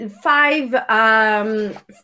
five